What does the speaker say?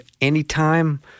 anytime